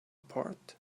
part